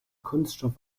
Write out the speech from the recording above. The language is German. kunststoff